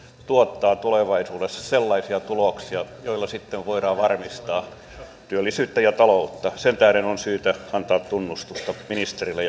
tuottaa tulevaisuudessa sellaisia tuloksia joilla sitten voidaan varmistaa työllisyyttä ja taloutta sen tähden on syytä antaa tunnustusta ministerille